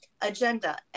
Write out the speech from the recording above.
agenda